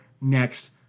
next